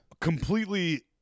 completely